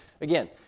again